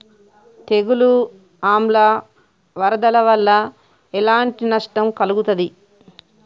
తెగులు ఆమ్ల వరదల వల్ల ఎలాంటి నష్టం కలుగుతది?